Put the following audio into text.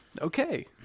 Okay